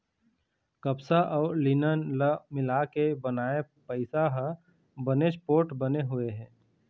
कपसा अउ लिनन ल मिलाके बनाए पइसा ह बनेच पोठ बने हुए हे